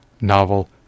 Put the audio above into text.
novel